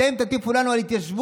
אתם תטיפו לנו על התיישבות?